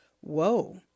whoa